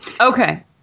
Okay